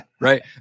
Right